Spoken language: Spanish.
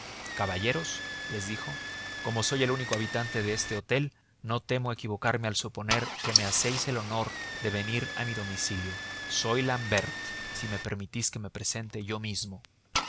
distinción caballeros les dijo como soy el único habitante de este hotel no temo equivocarme al suponer que me hacéis el honor de venir a mi domicilio soy l'ambert si me permitís que me presente yo mismo